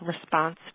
response